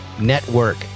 network